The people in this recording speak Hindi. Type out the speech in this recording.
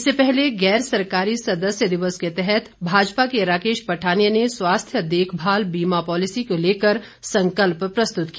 इससे पहले गैर सरकारी सदस्य दिवस पर भाजपा के राकेश पठानिया ने स्वास्थ्य देखभाल बीमा पॉलिसी को लेकर संकल्प प्रस्तुत किया